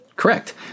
Correct